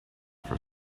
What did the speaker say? for